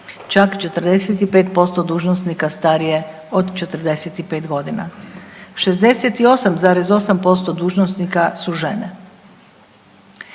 čak 45% dužnosnika starije od 45 godina. 68,8% dužnosnika su žene.